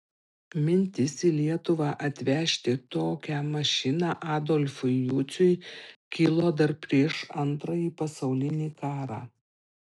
mintis į lietuvą atvežti tokią mašiną adolfui juciui kilo dar prieš antrąjį pasaulinį karą